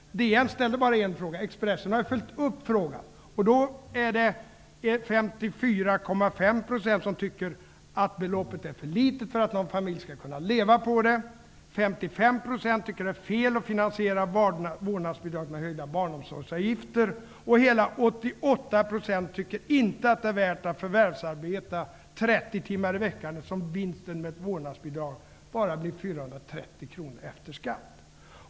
DN ställde bara en enda fråga, men Expressen har följt upp sin fråga. Man redovisade att 54,5 % tycker att beloppet är för litet för att familjen skall kunna leva på det, att 55 % tycker att det är fel att finansiera vårdnadsbidrag med höjda barnomsorgsavgifter och att hela 88 % inte tycker att det är värt att förvärvsarbeta 30 timmar i veckan, eftersom det med ett vårdnadsbidrag blir bara 430 kr efter skatt.